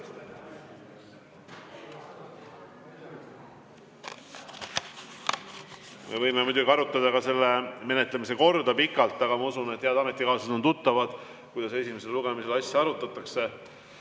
Me võime muidugi arutada selle menetlemise korda pikalt, aga ma usun, et head ametikaaslased on tuttavad sellega, kuidas esimesel lugemisel asja arutatakse.